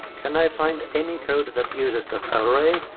can i find any code that uses the array,